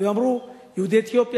הם אמרו: יהודי אתיופיה,